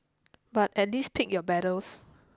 but at least pick your battles